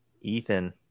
Ethan